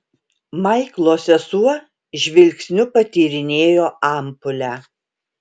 maiklo sesuo žvilgsniu patyrinėjo ampulę